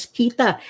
kita